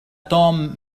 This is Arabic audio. توم